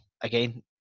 again